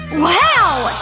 wow!